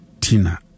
Tina